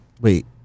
wait